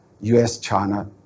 US-China